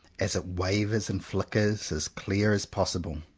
as it wavers and flickers, as clear as possible.